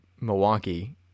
Milwaukee